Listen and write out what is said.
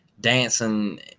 dancing